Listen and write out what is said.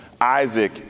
Isaac